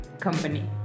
company